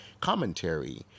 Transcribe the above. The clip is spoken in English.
commentary